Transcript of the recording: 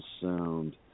sound